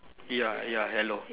ya ya hello